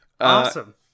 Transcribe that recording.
Awesome